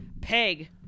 Peg